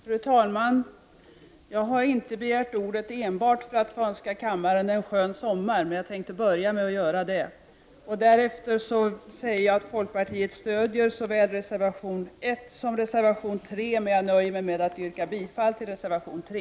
Fru talman! Jag har inte begärt ordet enbart för att önska kammarens ledamöter en skön sommar, men jag tänker börja med det. Därefter säger jag att folkpartiet stödjer såväl reservation 1 som reservation 3, men jag nöjer mig med att yrka bifall till reservation 3.